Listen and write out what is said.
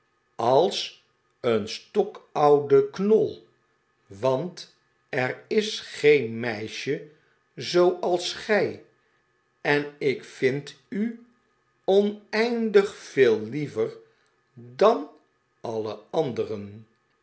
als een stokoude knol want er is geen meisje zooals gij en ik vind u oneindig veel liever dan alle anderen